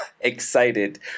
excited